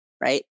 right